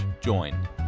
join